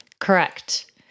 Correct